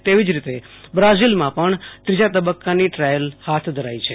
તેવી જ રીતે બ્રાઝિલમાં પણ ત્રીજા તબક્કાની ટ્રાયલ હાથ ધરાઈ છે